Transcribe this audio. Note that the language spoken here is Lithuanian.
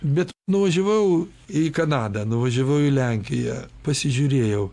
bet nuvažiavau į kanadą nuvažiavau į lenkiją pasižiūrėjau